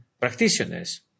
Practitioners